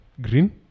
Green